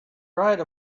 write